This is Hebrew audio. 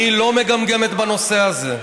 "אני לא מגמגמת בנושא הזה",